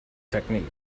technique